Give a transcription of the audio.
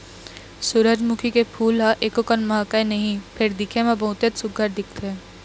सूरजमुखी के फूल ह एकोकन महकय नहि फेर दिखे म बहुतेच सुग्घर दिखथे